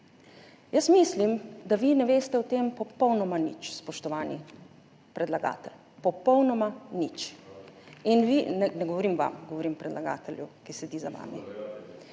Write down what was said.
Jaz mislim, da vi ne veste o tem popolnoma nič, spoštovani predlagatelj. Popolnoma nič …/ oglašanje iz dvorane/ Ne govorim vam, govorim predlagatelju, ki sedi za vami.